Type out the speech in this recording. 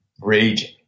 raging